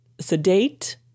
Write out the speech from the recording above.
Sedate